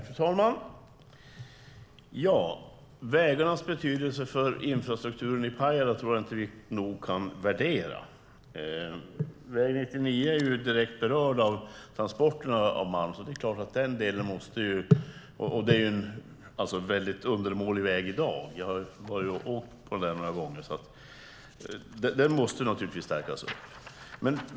Fru talman! Vägarnas betydelse för infrastrukturen i Pajala tror jag inte att vi nog mycket kan betona. Väg 99 är direkt berörd av malmtransporterna. Det är redan i dag en helt undermålig väg som måste stärkas upp.